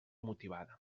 motivada